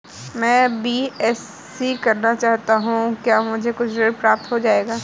मैं बीएससी करना चाहता हूँ क्या मुझे ऋण प्राप्त हो जाएगा?